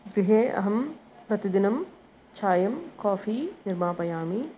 गृहे अहं प्रतिदिनं चायं काफी निर्मापयामि